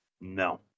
No